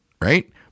right